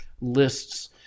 lists